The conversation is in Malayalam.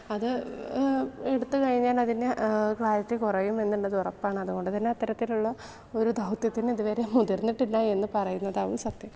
അത് എടുത്ത് കഴിഞ്ഞാൽ അതിനെ ക്ലാരിറ്റി കുറയും എന്നുള്ളത് ഉറപ്പാണ് അതു കൊണ്ടു തന്നെ അത്തരത്തിലുള്ള ഒരു ദൗത്യത്തിന് ഇതുവരെയും മുതിർന്നിട്ടില്ല എന്ന് പറയുന്നതാകും സത്യം